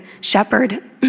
shepherd